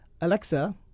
Alexa